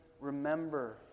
remember